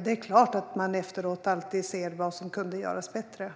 Det är klart att man efteråt alltid ser vad som kunde göras bättre.